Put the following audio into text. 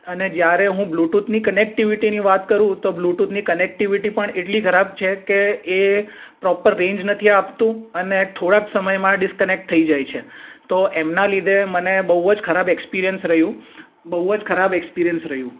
અને જ્યારે હું બ્લૂટૂથની કનેક્ટીવિટીની વાત કરું તો બ્લૂટૂથની કનેક્ટીવિટી પણ એટલી ખરાબ છે કે એ પ્રોપર રેન્જ નથી આપતું અને થોડાક સમયમાં ડીસકનેક્ટ થઈ જાય છે તો એમના લીધે મને બહુ જ ખરાબ એક્સપિરિયન્સ રહ્યું બહુ જ ખરાબ એક્સપિરિયન્સ રહ્યું